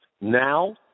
Now